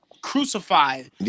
crucified